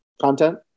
content